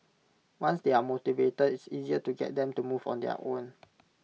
once they are motivated it's easier to get them to move on their own